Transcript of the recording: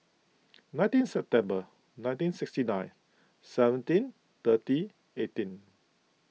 nineteen September nineteen sixty nine seventeen thirty eighteen